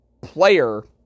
player